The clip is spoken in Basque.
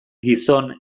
gizon